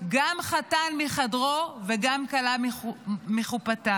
גם חתן מחדרו וגם כלה מחופתה.